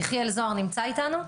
יחיאל זוהר נמצא איתנו?